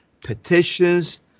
petitions